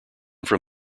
from